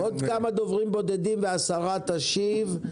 עוד כמה דוברים בודדים והשרה תשיב,